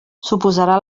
suposarà